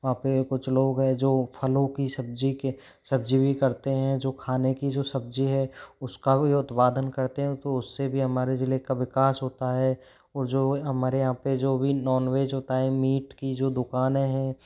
वहाँ पे कुछ लोग है जो फलों की सब्जी के सब्जी भी करते हैं जो खाने की जो सब्जी है उसका भी उत्पादन करते हैं तो उससे भी हमारे जिले का विकास होता है और जो हमारे यहाँ पे जो भी नॉनवेज होता है मीट की जो दुकानें हैं